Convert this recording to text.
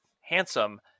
handsome